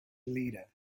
leader